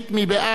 מי בעד?